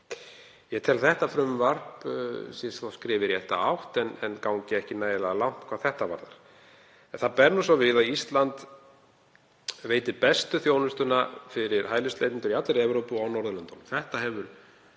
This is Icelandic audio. Ég tel að þetta frumvarp sé skref í rétta átt en gangi ekki nægilega langt hvað það varðar. Nú ber svo við að Ísland veitir bestu þjónustuna fyrir hælisleitendur í allri Evrópu og á Norðurlöndunum. Þetta hefur